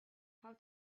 how